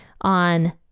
on